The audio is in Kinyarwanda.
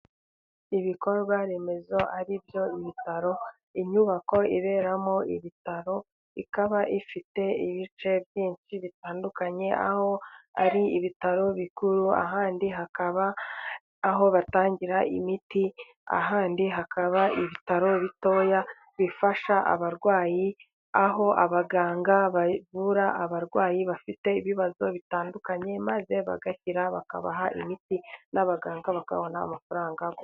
Ibikorwa remezo ari byo ibitaro. Inyubako iberamo ibitaro, ikaba ifite ibice byinshi bitandukanye, aho hari ibitaro bikuru, ahandi hakaba aho batangira imiti, ahandi hakaba ibitaro bitoya bifasha abarwayi, aho abaganga bavura abarwayi bafite ibibazo bitandukanye, maze bagakira bakabaha imiti n'abaganga bakabona amafaranga...